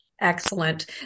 Excellent